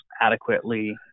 adequately